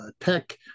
tech